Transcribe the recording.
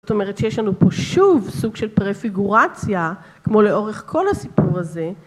זאת אומרת שיש לנו פה שוב סוג של פרפיגורציה, כמו לאורך כל הסיפור הזה.